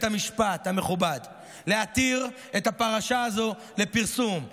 המשפט המכובד להתיר את הפרשה הזו לפרסום.